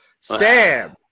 Sam